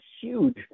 huge